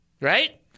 right